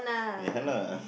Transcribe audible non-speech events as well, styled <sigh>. ya lah <laughs>